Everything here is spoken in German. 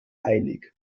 eilig